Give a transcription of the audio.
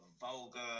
vulgar